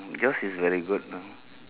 yours is very good ah